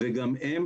וגם הם,